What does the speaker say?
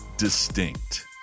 distinct